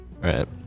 Right